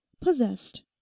possessed